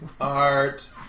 Art